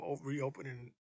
reopening